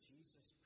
Jesus